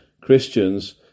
Christians